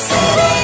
City